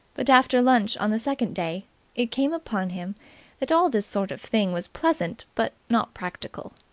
but after lunch on the second day it came upon him that all this sort of thing was pleasant but not practical.